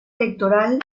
electoral